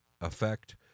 effect